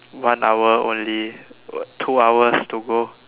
one hour only two hours to go